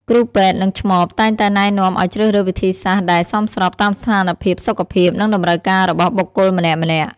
គ្រូពេទ្យ និងឆ្មបតែងតែណែនាំឲ្យជ្រើសរើសវិធីសាស្ត្រដែលសមស្របតាមស្ថានភាពសុខភាព និងតម្រូវការរបស់បុគ្គលម្នាក់ៗ។